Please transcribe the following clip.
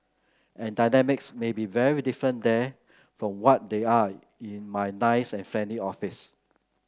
and dynamics may be very different there from what they are in my nice and friendly office